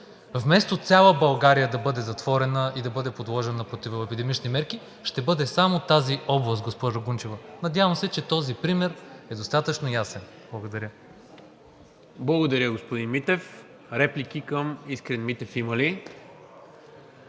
вместо цяла България да бъде затворена и да бъде подложена на противоепидемични мерки, ще бъде само тази област, госпожо Гунчева. Надявам се, че този пример е достатъчно ясен. Благодаря. ПРЕДСЕДАТЕЛ НИКОЛА МИНЧЕВ: Благодаря, господин Митев. Реплики към Искрен Митев има ли?